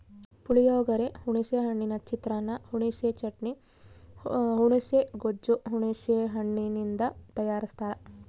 ಪುಳಿಯೋಗರೆ, ಹುಣಿಸೆ ಹಣ್ಣಿನ ಚಿತ್ರಾನ್ನ, ಹುಣಿಸೆ ಚಟ್ನಿ, ಹುಣುಸೆ ಗೊಜ್ಜು ಹುಣಸೆ ಹಣ್ಣಿನಿಂದ ತಯಾರಸ್ತಾರ